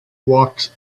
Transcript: walked